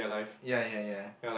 ya ya ya